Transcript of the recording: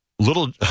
Little